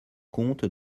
compte